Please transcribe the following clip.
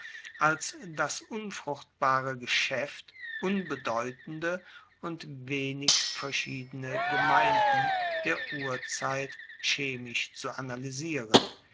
als das unfruchtbare geschaeft unbedeutende und wenig verschiedene gemeinden der urzeit chemisch zu analysieren